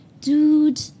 dude